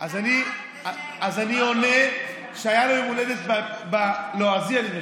אז אני עונה שהיה לו יום הולדת בלועזי, אני משער.